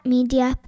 Media